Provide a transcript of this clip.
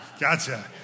Gotcha